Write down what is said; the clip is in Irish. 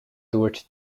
dúirt